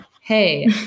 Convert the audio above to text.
Hey